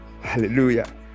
hallelujah